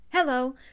Hello